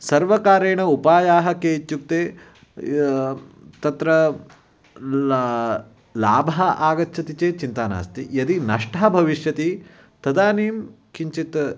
सर्वकारेण उपायाः के इत्युक्ते तत्र ला लाभः आगच्छति चेत् चिन्ता नास्ति यदि नष्टं भविष्यति तदानीं किञ्चित्